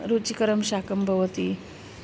रुचिकरः शाकः भवति